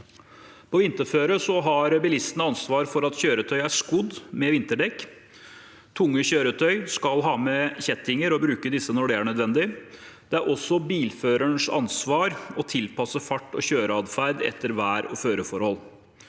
På vinterføre har bilistene ansvar for at kjøretøyet er skodd med vinterdekk. Tunge kjøretøy skal ha med kjettinger og bruke disse når det er nødvendig. Det er også bilførernes ansvar å tilpasse fart og kjøreadferd etter vær og føreforhold.